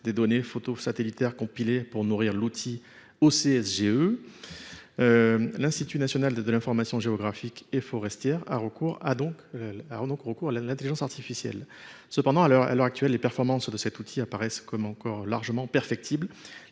des données photosatélitaires compilées pour nourrir l'outil OCSGE, L'institut national de l'information géographique et forestière a donc recours à l'intelligence artificielle. Cependant, à l'heure actuelle, les performances de cet outil apparaissent comme encore largement perfectibles.